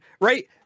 right